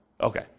Okay